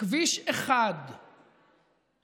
כביש אחד בפריפריה,